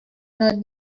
not